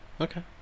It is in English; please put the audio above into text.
Okay